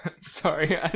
sorry